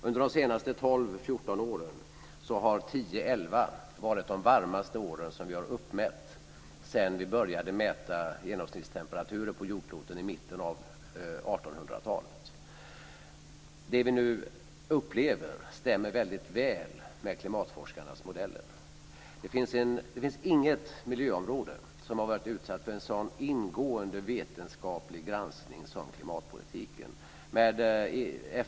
Under de senaste 12-14 åren har 10 11 varit de varmaste vi uppmätt sedan vi började mäta genomsnittstemperaturer på jordklotet i mitten av 1800-talet. Det vi nu upplever stämmer väldigt väl med klimatforskarnas modeller. Det finns inget miljöområde som varit utsatt för en sådan ingående vetenskaplig granskning som klimatpolitiken.